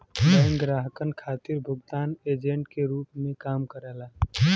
bank ग्राहकन खातिर भुगतान एजेंट के रूप में काम करला